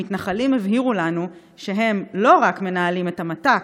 המתנחלים הבהירו לנו שהם לא רק מנהלים את המת"ק,